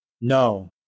No